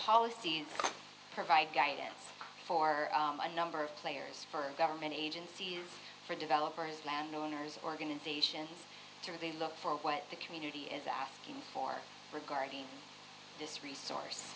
policies provide guidance for a number of players for government agencies for developers landowners organizations to really look for what the community is asking for regarding this resource